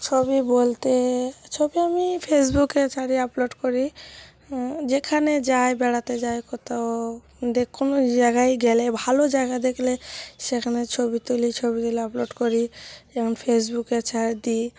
ছবি বলতে ছবি আমি ফেসবুকে ছাড়ি আপলোড করি যেখানে যাই বেড়াতে যাই কোথাও দিয়ে কোনো জায়গায় গেলে ভালো জায়গা দেখলে সেখানে ছবি তুলি ছবি তুলে আপলোড করি যেমন ফেসবুকে ছাড় দিই